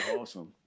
awesome